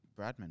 Bradman